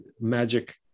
magic